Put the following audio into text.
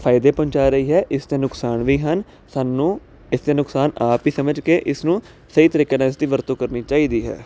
ਫਾਇਦੇ ਪਹੁੰਚਾ ਰਹੀ ਹੈ ਇਸ ਦੇ ਨੁਕਸਾਨ ਵੀ ਹਨ ਸਾਨੂੰ ਇਸ ਦੇ ਨੁਕਸਾਨ ਆਪ ਹੀ ਸਮਝ ਕੇ ਇਸ ਨੂੰ ਸਹੀ ਤਰੀਕੇ ਨਾਲ ਇਸਦੀ ਵਰਤੋਂ ਕਰਨੀ ਚਾਹੀਦੀ ਹੈ